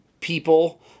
people